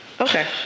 Okay